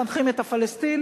מחנכים את הפלסטינים.